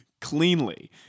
cleanly